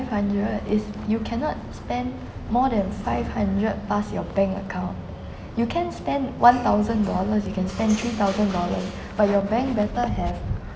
hundred it's you cannot spend more than five hundred pass your bank account you can spend one thousand dollars you can spend three thousand dollars but your bank better have